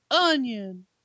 onion